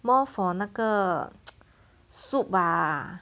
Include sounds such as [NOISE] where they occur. more for 那个 [NOISE] soup ah